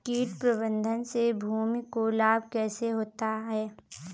कीट प्रबंधन से भूमि को लाभ कैसे होता है?